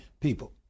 people